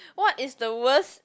what is the worst